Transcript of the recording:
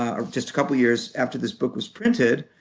ah just a couple years after this book was printed,